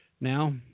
Now